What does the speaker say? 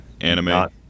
anime